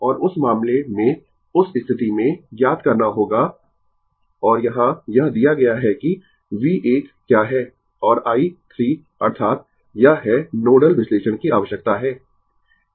और उस मामले में उस स्थिति में ज्ञात करना होगा और यहां यह दिया गया है कि V 1 क्या है और i 3 अर्थात यह है नोडल विश्लेषण की आवश्यकता है